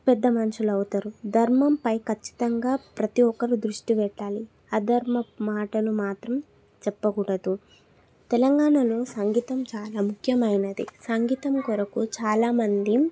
పెద్ద మనుషులు అవుతారు ధర్మంపై ఖచ్చితంగా ప్రతీ ఒక్కరు దృష్టి పెట్టాలి అధర్మపు మాటలు మాత్రం చెప్పకూడదు తెలంగాణలో సంగీతం చాలా ముఖ్యమైనది సంగీతం కొరకు చాలా మంది